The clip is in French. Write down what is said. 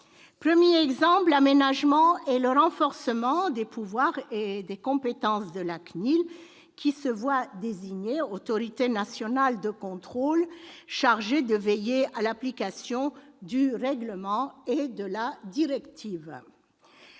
j'évoquerai l'aménagement et le renforcement des pouvoirs et des compétences de la CNIL, qui se voit désigner autorité nationale de contrôle chargée de veiller à l'application du règlement et de la directive.